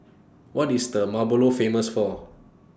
What IS Malabo Famous For